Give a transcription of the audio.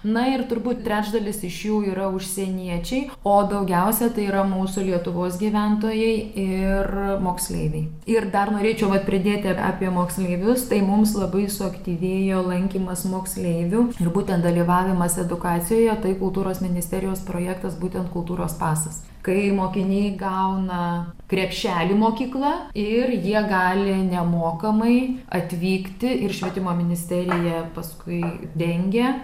na ir turbūt trečdalis iš jų yra užsieniečiai o daugiausiai tai yra mūsų lietuvos gyventojai ir moksleiviai ir dar norėčiau vat pridėti apie moksleivius tai mums labai suaktyvėjo lankymas moksleivių ir būtent dalyvavimas edukacijoje tai kultūros ministerijos projektas būtent kultūros pasas kai mokiniai gauna krepšelį mokykla ir jie gali nemokamai atvykti ir švietimo ministerija paskui dengia